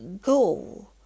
go